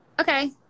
Okay